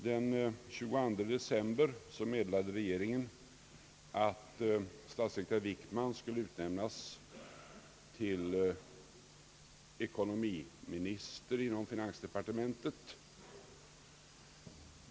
Den 22 december meddelade regeringen att statssekreterare Wickman skulle utnämnas till ekonomiminister inom finansdepartementet.